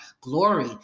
glory